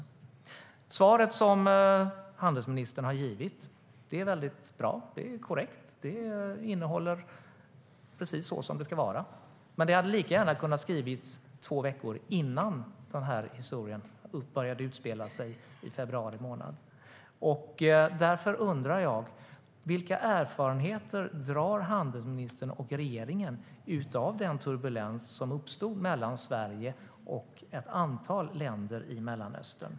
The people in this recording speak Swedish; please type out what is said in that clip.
Det svar som handelsministern givit är väldigt bra. Det är korrekt och innehåller det som det ska innehålla, precis som det ska vara. Men det hade lika gärna kunnat skrivas två veckor innan den här historien började utspela sig i februari månad. Därför undrar jag: Vilka erfarenheter drar handelsministern och regeringen av den turbulens som uppstod mellan Sverige och ett antal länder i Mellanöstern?